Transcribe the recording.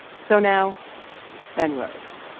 so now ben rhodes.